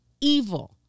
evil